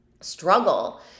struggle